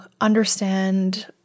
understand